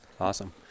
Awesome